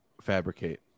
fabricate